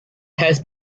has